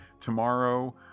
tomorrow